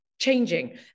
changing